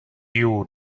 you